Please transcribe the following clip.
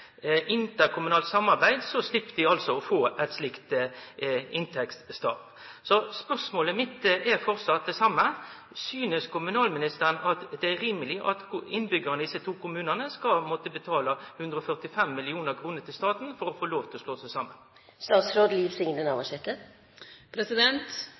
altså å få eit slikt inntektstap. Så spørsmålet mitt er framleis det same: Synest kommunalministeren at det er rimeleg at innbyggjarane i desse to kommunane skal måtte betale 145 mill. kr til staten for å få lov til å slå seg